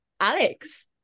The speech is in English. Alex